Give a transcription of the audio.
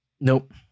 Nope